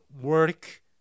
work